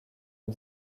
ont